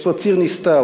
יש פה ציר נסתר,